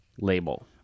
label